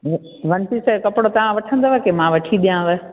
व one piece जो कपड़ो तव्हां वठंदव की मां वठी ॾियांव